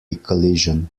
collision